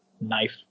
knife